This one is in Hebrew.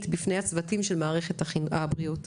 שלהם בפני הצוותים של מערכת הבריאות.